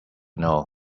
know